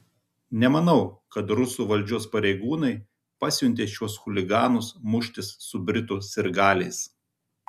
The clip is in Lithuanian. nemanau kad rusų valdžios pareigūnai pasiuntė šiuos chuliganus muštis su britų sirgaliais